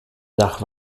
nach